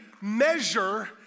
measure